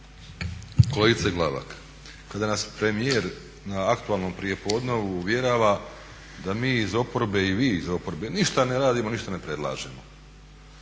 Kolegice Glavak kada nas premijer na aktualnom prijepodnevu uvjerava da mi iz oporbe i vi iz oporbe ništa ne radimo i ništa ne predlažemo